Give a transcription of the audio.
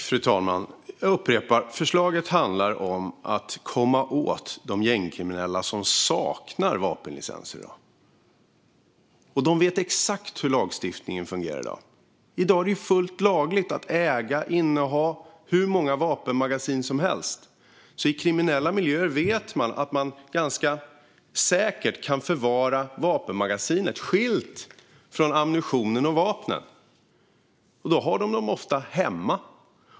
Fru talman! Jag upprepar: Förslaget handlar om att komma åt de gängkriminella som saknar vapenlicens i dag. De vet exakt hur lagstiftningen fungerar. I dag är det fullt lagligt att äga och inneha hur många vapenmagasin som helst. I kriminella miljöer vet man att man ganska säkert kan förvara vapenmagasinet skilt från ammunitionen och vapnet. Då har de ofta magasinen hemma.